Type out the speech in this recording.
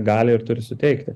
gali ir turi suteikti